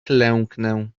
klęknę